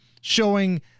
showing